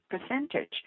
percentage